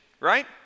right